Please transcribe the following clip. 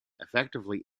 effectively